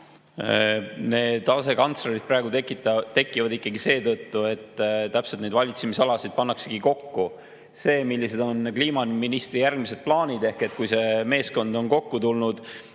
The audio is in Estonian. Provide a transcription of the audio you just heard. Need asekantslerid tekivad ikkagi seetõttu, et just neid valitsemisalasid pannakse kokku. Millised on kliimaministri järgmised plaanid, kui see meeskond on kokku tulnud